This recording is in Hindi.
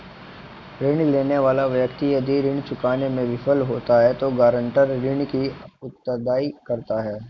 ऋण लेने वाला व्यक्ति यदि ऋण चुकाने में विफल होता है तो गारंटर ऋण की अदायगी करता है